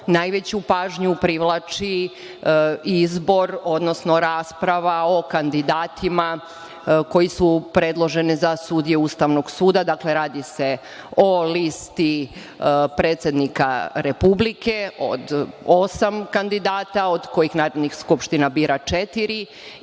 najveću pažnju privlači izbor, odnosno rasprava o kandidatima koji su predloženi za sudije Ustavnog suda. Dakle, radi se o listi predsednika Republike, od osam kandidata, od kojih Narodna skupština bira četiri